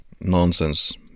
nonsense